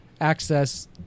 access